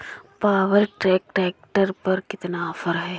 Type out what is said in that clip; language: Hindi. पावर ट्रैक ट्रैक्टर पर कितना ऑफर है?